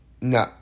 No